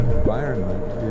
environment